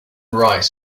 rise